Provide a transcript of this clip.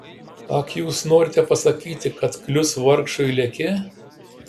ak jūs norite pasakyti kad klius vargšui leke